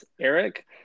Eric